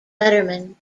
letterman